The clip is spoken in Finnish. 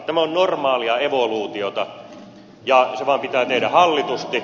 tämä on normaalia evoluutiota ja se vaan pitää tehdä hallitusti